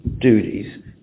duties